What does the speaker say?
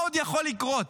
מה עוד יכול לקרות?